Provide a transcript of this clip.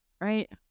right